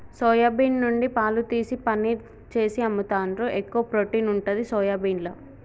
soya bean నుండి పాలు తీసి పనీర్ చేసి అమ్ముతాండ్రు, ఎక్కువ ప్రోటీన్ ఉంటది సోయాబీన్ల